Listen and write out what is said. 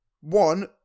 one